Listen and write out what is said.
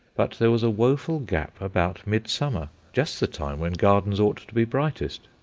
but there was a woeful gap about midsummer just the time when gardens ought to be brightest.